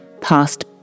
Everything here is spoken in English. past